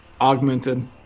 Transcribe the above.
augmented